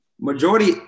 majority